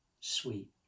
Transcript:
sweet